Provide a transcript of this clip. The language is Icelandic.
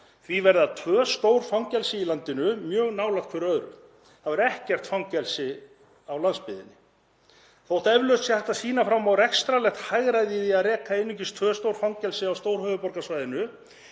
Því verða tvö stór fangelsi í landinu mjög nálægt hvort öðru. Það verður ekkert fangelsi á landsbyggðinni. Þótt eflaust sé hægt að sýna fram á rekstrarlegt hagræði í því að reka einungis tvö stór fangelsi á stórhöfuðborgarsvæðinu